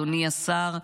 אדוני השר,